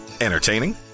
Entertaining